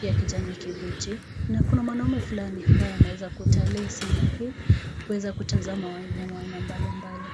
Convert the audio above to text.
ya kijani kibichi na kuna mwanaume fulani ambaye ameweza kutalii sehemu hii kuweza kutazama wanyama wa aina mbalimbali.